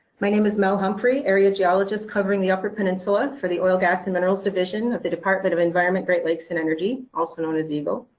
my name is mel humphrey, area geologist covering the upper peninsula for the oil, gas, and minerals division of the department of environment, great lakes, and energy, also known as egle.